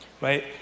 right